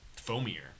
foamier